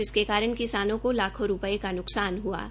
जिसके कारण किसानों को लाखों रुपए का न्कसान हआ है